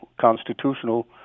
constitutional